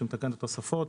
שמתקן תוספות,